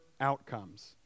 outcomes